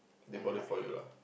they bought it for you lah